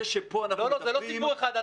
זה שפה אנחנו מדברים --- לא, זה לא סיפור אחד.